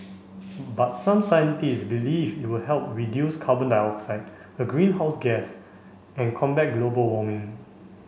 but some scientists believe it will help reduce carbon dioxide a greenhouse gas and combat global warming